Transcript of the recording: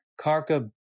Karka